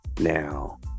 now